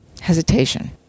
hesitation